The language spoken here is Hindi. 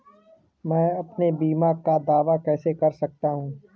मैं अपने बीमा का दावा कैसे कर सकता हूँ?